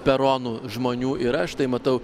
peronų žmonių yra štai matau